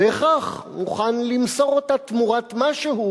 בהכרח מוכן למסור אותה תמורת משהו